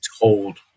told